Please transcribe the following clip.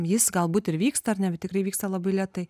jis galbūt ir vyksta ar ne tikrai vyksta labai lėtai